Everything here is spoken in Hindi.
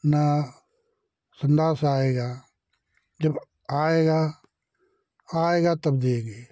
ना संडास आएगा जब आएगा आएगा तब देंगे